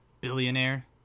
billionaire